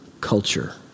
culture